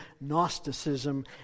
Gnosticism